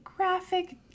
graphic